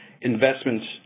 investments